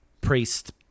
Priest